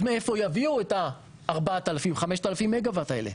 אז מאיפה יביאו את ה-4,000-5,000 מגה ואט האלו?